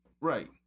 Right